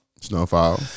Snowfall